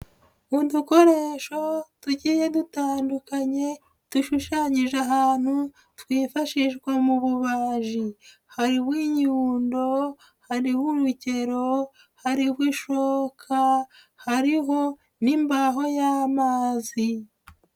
Udukoresho tugiye dutandukanye dushushanyije ahantu twifashishwa mu bubaji, hariho inyundo, hariho umukero, hariho ishoka, hariho n'imbaho y'amazi.